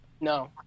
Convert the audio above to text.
No